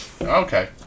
Okay